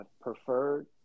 preferred